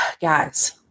guys